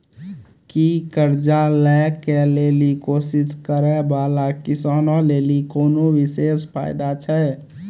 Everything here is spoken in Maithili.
कि कर्जा लै के लेली कोशिश करै बाला किसानो लेली कोनो विशेष फायदा छै?